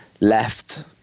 left